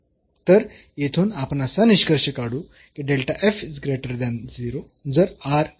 तर येथून आपण असा निष्कर्ष काढू की